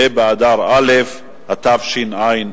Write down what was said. ה' באדר א' התשע"א,